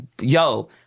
Yo